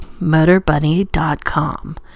MotorBunny.com